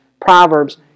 Proverbs